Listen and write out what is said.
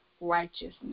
righteousness